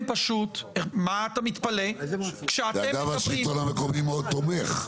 אז למה השלטון המקומי מאוד תומך?